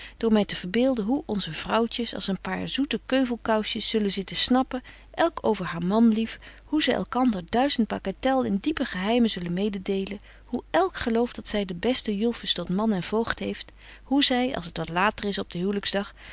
burgerhart my te verbeelden hoe onze vrouwtjes als een paar zoete keuvelkousjes zullen zitten snappen elk over haar man lief hoe zy elkander duizend bagatelles in diepen geheime zullen mededelen hoe elk gelooft dat zy den besten julfus tot man en voogd heeft hoe zy als t wat later is op den